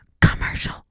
Commercial